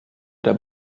der